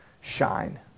shine